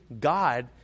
God